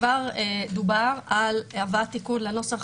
כבר דובר על הבאת תיקון לנוסח